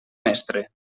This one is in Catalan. mestre